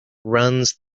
runs